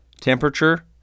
temperature